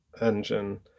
engine